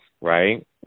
right